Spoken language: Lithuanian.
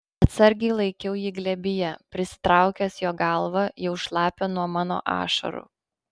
atsargiai laikiau jį glėbyje prisitraukęs jo galvą jau šlapią nuo mano ašarų